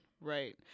right